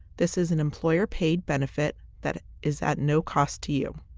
this is an employer paid benefit that is at no cost to you.